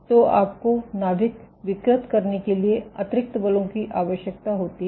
तो आपको नाभिक विकृत करने के लिए अतिरिक्त बलों की आवश्यकता होती है